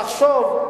תחשוב.